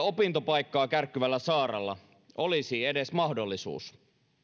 opintopaikkaa kärkkyvällä saaralla olisi edes mahdollisuus